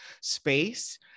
space